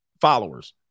followers